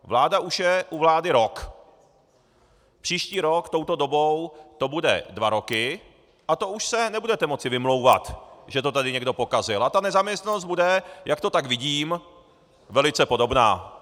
Vláda už je u vlády rok, příští rok touto dobou to bude dva roky, a to už se nebudete moci vymlouvat, že to někdo pokazil, a nezaměstnanost bude, jak to tak vidím, velice podobná.